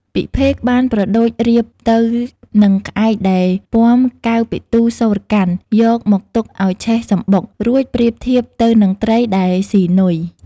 ពិភេកបានប្រដូចរាពណ៍ទៅ នឹងក្អែកដែលពាំកែវពិទូរសូរ្យកាន្ត យកមកទុកឱ្យឆេះសម្បុក រួចប្រៀបធៀបទៅនឹងត្រីដែលស៊ីនុយ។